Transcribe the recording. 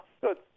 good